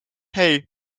hey